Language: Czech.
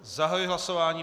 Zahajuji hlasování.